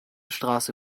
straße